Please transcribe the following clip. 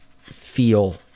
feel